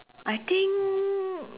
I think